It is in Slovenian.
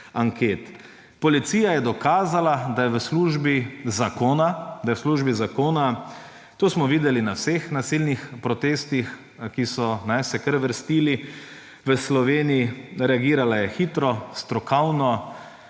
službi zakona, da je v službi zakona. To smo videli na vseh nasilnih protestih, ki so se kar vrstili v Sloveniji. Reagirala je hitro, strokovno.